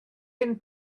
cyn